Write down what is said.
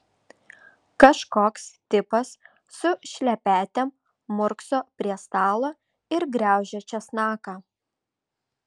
kažkoks tipas su šlepetėm murkso prie stalo ir graužia česnaką